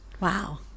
Wow